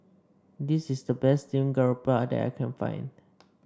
this is the best Steamed Garoupa that I can find